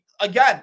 Again